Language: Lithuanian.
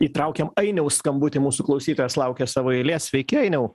įtraukiam ainiaus skambutį mūsų klausytojas laukia savo eilės sveiki ainiau